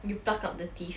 you pluck out the teeth